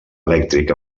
elèctric